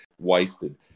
wasted